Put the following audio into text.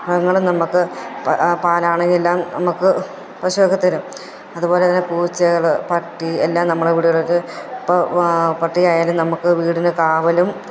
മൃഗങ്ങളും നമുക്ക് പാലാണെങ്കില്ലാം നമുക്ക് പശുവൊക്കെ തരും അതുപോലെ തന്നെ പൂച്ചകൾ പട്ടി എല്ലാം നമ്മള വീട് പട്ടിയായാലും നമുക്ക് വീടിന് കാവലും